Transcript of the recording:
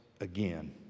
again